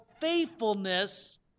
faithfulness